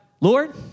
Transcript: Lord